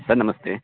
sir नमस्ते